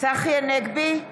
צחי הנגבי,